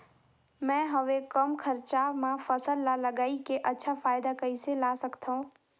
मैं हवे कम खरचा मा फसल ला लगई के अच्छा फायदा कइसे ला सकथव?